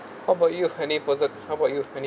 how about you any posi~ how about you any